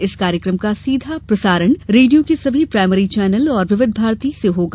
इस कार्यक्रम का सीधा प्रसारण रेडियो के सभी प्राइमरी चैनल और विविध भारती से होगा